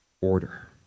order